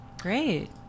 great